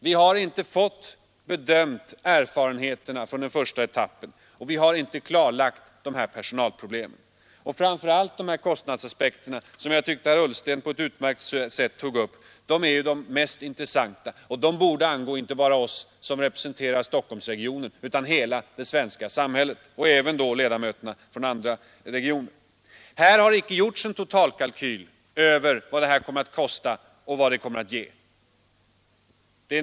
Vi har inte fått erfarenheterna från den första etappen bedömda. Vi har inte klarlagt personalproblemen. Framför allt är kostnadsfrågorna, som herr Ullsten på ett utmärkt sätt tog upp, intressanta och de borde angå inte bara oss som representerar Stockholmsregionen utan hela det svenska samhället, alltså även ledamöterna från andra regioner. Det har nu inte gjorts någon totalkalkyl över vad utlokaliseringen kommer att kosta och vad den kommer att ge.